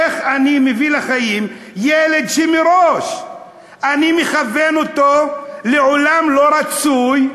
איך אני מביא לחיים ילד שמראש אני מכוון אותו לעולם לא רצוי,